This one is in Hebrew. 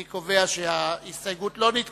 אני קובע שההסתייגות לא נתקבלה.